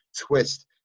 twist